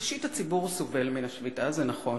ראשית, הציבור סובל מן השביתה, זה נכון.